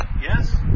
Yes